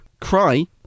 Cry